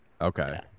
okay